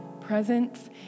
Presence